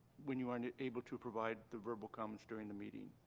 when you are unable to provide the verbal comments during the meeting.